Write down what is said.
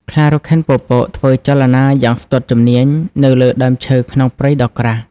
ខ្លារខិនពពកធ្វើចលនាយ៉ាងស្ទាត់ជំនាញនៅលើដើមឈើក្នុងព្រៃដ៏ក្រាស់។